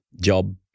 job